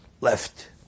left